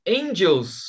angels